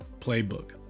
playbook